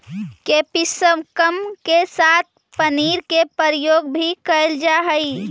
capsicum के साथ पनीर के प्रयोग भी कैल जा हइ